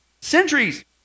centuries